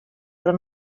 però